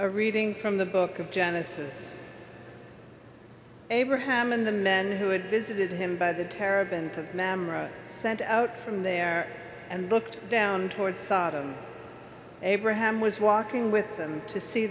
a reading from the book of genesis abraham and the men who had visited him by the terrible and mamre sent out from there and looked down toward sodom abraham was walking with them to see